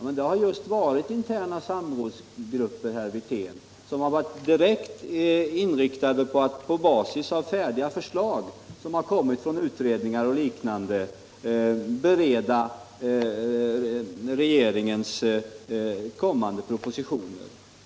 Men det har varit högst interna samrådsgrupper, herr Wirtén, som har varit direkt inriktade på att — på basis av färdiga förslag från utredningar och liknande — bereda regeringens kommande propositioner.